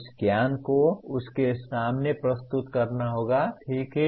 उस ज्ञान को उसके सामने प्रस्तुत करना होगा ठीक है